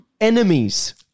Enemies